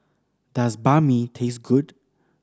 does Banh Mi taste good